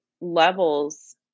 levels